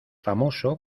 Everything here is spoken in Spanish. famoso